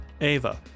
Ava